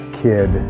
kid